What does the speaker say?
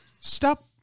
Stop